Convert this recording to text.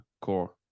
core